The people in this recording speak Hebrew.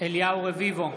אליהו רביבו,